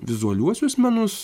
vizualiuosius menus